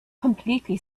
completely